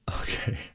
okay